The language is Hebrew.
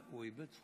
עד עשר